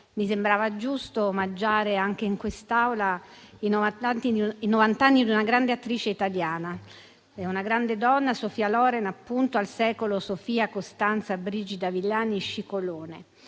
mi sembrava giusto omaggiare anche in quest'Aula i novant'anni anni di una grande attrice italiana e una grande donna, Sophia Loren, al secolo Sofia Costanza Brigida Villani Scicolone,